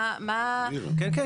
כן, כן.